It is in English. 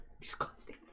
Disgusting